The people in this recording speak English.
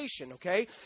Okay